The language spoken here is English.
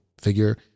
figure